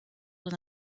was